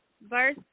Verse